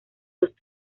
los